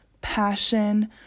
passion